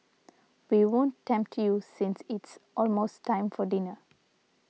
we won't tempt you since it's almost time for dinner